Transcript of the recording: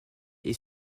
est